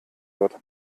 wird